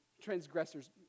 transgressors